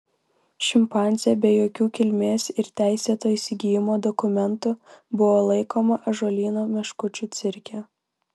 šimpanzė be jokių kilmės ir teisėto įsigijimo dokumentų buvo laikoma ąžuolyno meškučių cirke